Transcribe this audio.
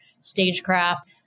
stagecraft